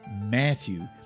Matthew